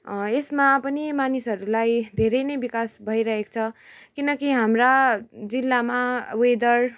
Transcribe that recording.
यसमा पनि मानिसहरूलाई धेरै नै बिकास भइरहेको छ किनकि हाम्रा जिल्लामा वेदर